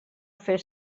fer